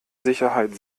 sicherheit